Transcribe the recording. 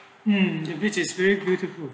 um which is very beautiful